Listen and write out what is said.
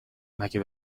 مگه